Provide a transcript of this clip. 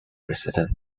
president